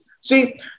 See